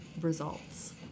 results